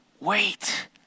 wait